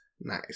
Nice